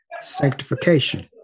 sanctification